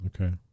Okay